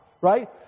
right